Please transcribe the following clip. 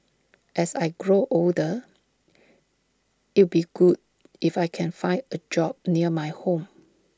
as I grow older it'd be good if I can find A job near my home